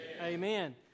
Amen